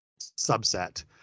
subset